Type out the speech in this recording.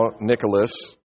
Nicholas